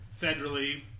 federally